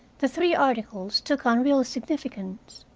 the three articles took on real significance.